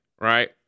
right